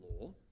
law